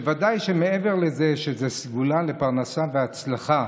ודאי שמעבר לזה שזה סגולה לפרנסה והצלחה,